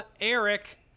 Eric